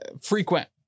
frequent